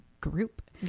group